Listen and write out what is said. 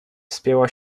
wspięła